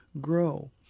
grow